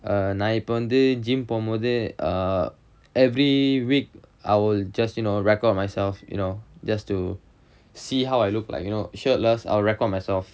a நா இப்ப வந்து:naa ippa vanthu gym போம்மோது:pommothu err every week I will just you know record myself you know just to see how I look like you know shirtless our record myself